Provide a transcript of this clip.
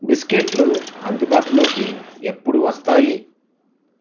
బిస్కెట్లు అందుబాటులోకి ఎప్పుడు వస్తాయి